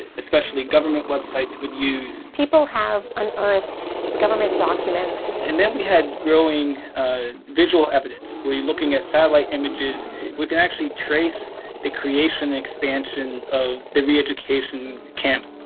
especially government websites, would use. people have unearthed government documents. and then we had growing visual evidence. we're looking at satellite images. we could actually trace the creation and expansion of the reeducation camp.